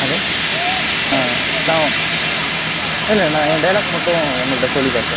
hello நான் இல்லை நான் என் டைலாக் மட்டும் உங்கள்ட்ட சொல்லி காட்டுறேன்